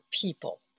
people